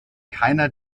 keiner